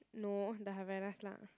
no the Havaianas lah